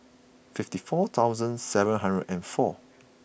fifty four thousand seven hundred and four